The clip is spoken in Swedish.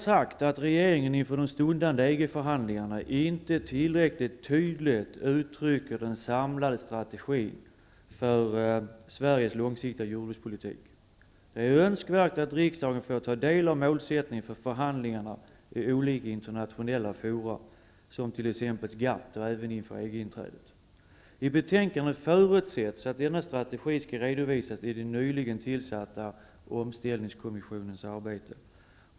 Vi anser att regeringen inför de stundande EG förhandlingarna inte tillräckligt tydligt uttrycker den samlade strategin för Sveriges långsiktiga jordbrukspolitik. Det är önskvärt att riksdagen får ta del av målsättningen för förhandlingarna i olika internationella forum, t.ex. GATT, inför EG inträdet. I betänkandet förutsätts att denna strategi skall redovisas i den nyligen tillsatta omställningskommissionens arbete.